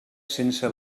sense